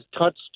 touched